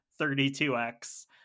32x